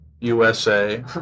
USA